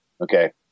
Okay